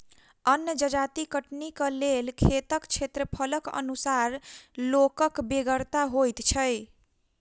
अन्न जजाति कटनीक लेल खेतक क्षेत्रफलक अनुसार लोकक बेगरता होइत छै